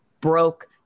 broke